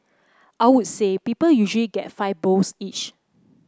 I'll say people usually get five bowls each